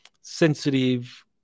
sensitive